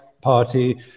party